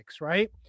right